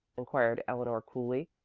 inquired eleanor coolly.